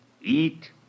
Eat